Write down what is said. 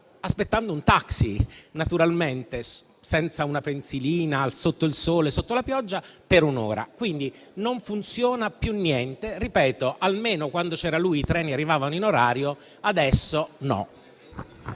aspettando un taxi, naturalmente, senza una pensilina, sotto il sole e sotto la pioggia, per un'ora. Quindi, non funziona più niente. Ripeto: almeno quando c'era lui i treni arrivavano in orario; adesso no.